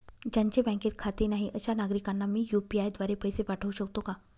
ज्यांचे बँकेत खाते नाही अशा नागरीकांना मी यू.पी.आय द्वारे पैसे पाठवू शकतो का?